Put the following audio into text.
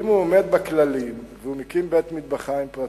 אם הוא עומד בכללים והוא מקים בית-מטבחיים פרטי,